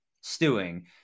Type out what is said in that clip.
stewing